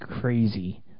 crazy